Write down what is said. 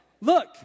Look